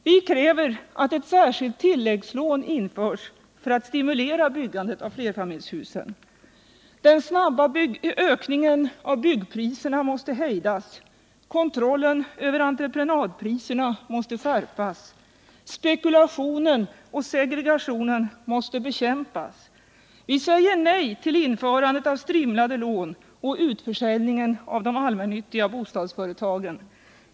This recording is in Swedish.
Vi kräver att ett särskilt tilläggslån införs för att stimulera byggandet av flerfamiljshus. Den snabba ökningen av byggpriserna måste hejdas. Kontrollen över entreprenadpriserna måste skärpas. Spekulationen och segregationen måste bekämpas. Vi säger nej till införandet av strimlade lån och utförsäljningen av de allmännyttiga bostadsföretagen.